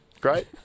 Great